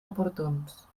oportuns